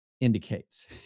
indicates